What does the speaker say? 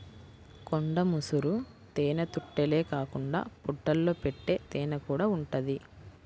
కొండ ముసురు తేనెతుట్టెలే కాకుండా పుట్టల్లో పెట్టే తేనెకూడా ఉంటది